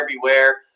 beware